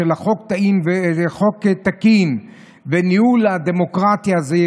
של חוק תקין והניהול הדמוקרטי הזה.